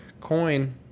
coin